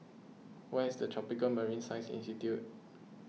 where is Tropical Marine Science Institute